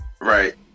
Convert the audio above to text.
Right